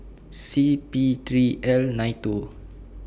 C P three L nine two